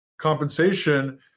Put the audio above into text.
compensation